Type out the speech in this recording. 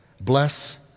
bless